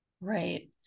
right